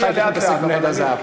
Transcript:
אחר כך נתעסק במניית הזהב.